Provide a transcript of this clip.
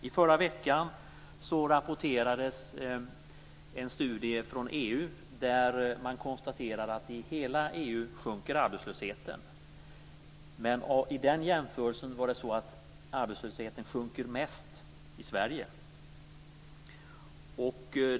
I förra veckan rapporterades en studie från EU, där man konstaterar att arbetslösheten sjunker i hela EU. Men i den jämförelsen framgår det att arbetslösheten sjunker mest i Sverige.